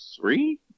three